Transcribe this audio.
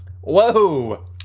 Whoa